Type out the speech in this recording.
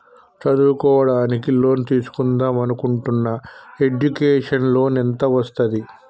చదువుకోవడానికి లోన్ తీస్కుందాం అనుకుంటున్నా ఎడ్యుకేషన్ లోన్ ఎంత వస్తది?